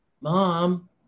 Mom